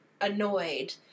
annoyed